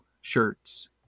shirts